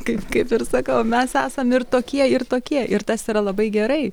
kaip kaip ir sakau mes esam ir tokie ir tokie ir tas yra labai gerai